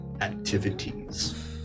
activities